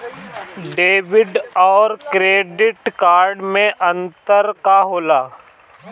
Debit और credit card मे अंतर का होला?